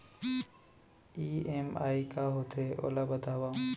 EMI का होथे, ओला बतावव